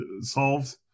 solved